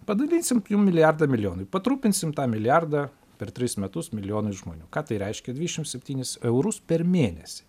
padalinsim jum milijardą milijonui patrupinsim tą milijardą per tris metus milijonui žmonių ką tai reiškia dvidešim septynis eurus per mėnesį